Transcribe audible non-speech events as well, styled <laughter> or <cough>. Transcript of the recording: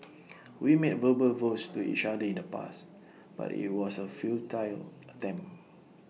<noise> we made verbal vows to each other in the past but IT was A futile attempt